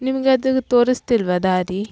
ನಿಮಗೆ ಅದು ತೋರಸ್ತಿಲ್ವ ದಾರಿ